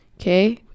Okay